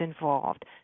involved